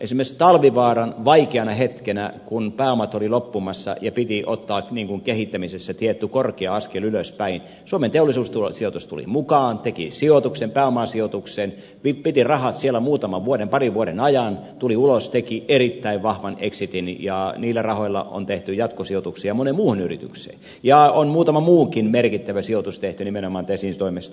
esimerkiksi talvivaaran vaikeana hetkenä kun pääomat olivat loppumassa ja piti ottaa kehittämisessä tietty korkea askel ylöspäin suomen teollisuussijoitus tuli mukaan teki pääomasijoituksen piti rahat siellä parin vuoden ajan tuli ulos teki erittäin vahvan eksitin ja niillä rahoilla on tehty jatkosijoituksia moneen muuhun yritykseen ja on muutama muukin merkittävä sijoitus tehty nimenomaan tesin toimesta